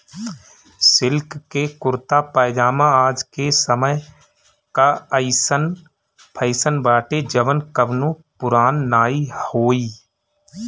silk के कुरता पायजामा आज के समय कअ अइसन फैशन बाटे जवन कबो पुरान नाइ होई